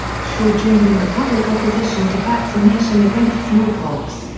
shaw joined in the public opposition to vaccination against smallpox,